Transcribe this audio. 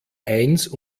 eins